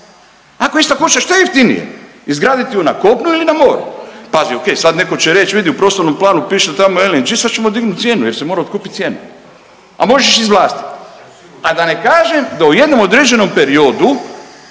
Ako je ista kuća šta je jeftinije izgraditi je na kopnu ili na moru? Pazi o.k. sad netko će reći vidi u prostornom planu piše tamo LNG, sad ćemo dignut cijenu jer se mora otkupit cijena, a možeš izvlastit. A da ne kažem da u jednom određenom periodu